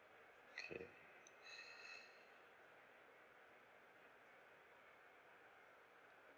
K